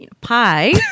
pie